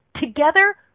together